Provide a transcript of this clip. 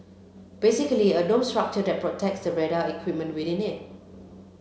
basically a dome structure that protects the radar equipment within it